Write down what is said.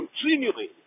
continuing